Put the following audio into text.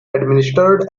administered